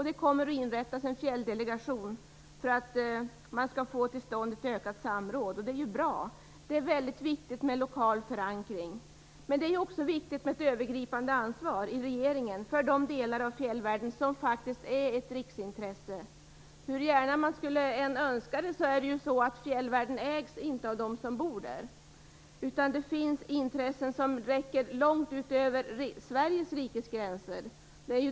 Det kommer att inrättas en fjälldelegation för att man skall få till stånd ökat samråd, och det är bra. Det är väldigt viktigt med lokal förankring. Men det är också viktigt att regeringen har ett övergripande ansvar för de delar av fjällvärlden som faktiskt är ett riksintresse. Hur gärna man än skulle önska att så vore fallet så ägs fjällvärlden inte av dem som bor där. Det finns intressen som räcker långt utanför Sveriges gränser.